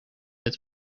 het